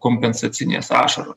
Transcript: kompensacinės ašaros